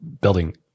building